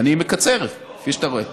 כבוד השר,